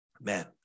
Man